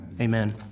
Amen